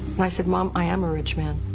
i said, mom, i am a rich man.